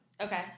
Okay